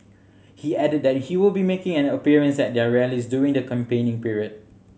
he added that he will be making an appearance at their rallies during the campaigning period